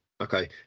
Okay